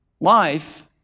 life